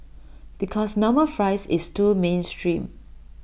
because normal fries is too mainstream